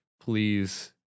please